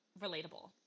relatable